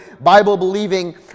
Bible-believing